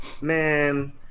man